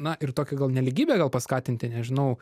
na ir tokia gal nelygybę gal paskatinti nežinau